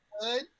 Good